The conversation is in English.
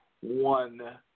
one